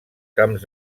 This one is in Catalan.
camps